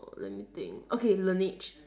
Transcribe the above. let me think okay laneige